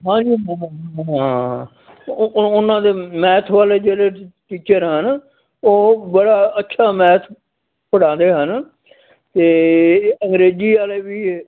ਹਾਂ ਜੀ ਹਾਂ ਹਾਂ ਅਤੇ ਓ ਉਹਨਾ ਦੇ ਮੈਥ ਵਾਲੇ ਜਿਹੜੇ ਟੀਚਰ ਆ ਨਾ ਉਹ ਬੜਾ ਅੱਛਾ ਮੈਥ ਪੜ੍ਹਾਉਂਦੇ ਹਨ ਅਤੇ ਅੰਗਰੇਜ਼ੀ ਵਾਲੇ ਵੀ